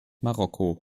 marokko